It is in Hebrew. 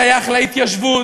שייך להתיישבות.